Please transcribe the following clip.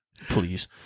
Please